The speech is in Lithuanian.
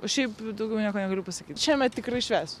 o šiaip daugiau nieko negaliu pasakyt šiemet tikrai išvesiu